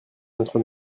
notre